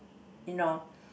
you know